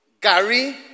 Gary